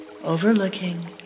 Overlooking